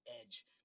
edge